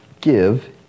give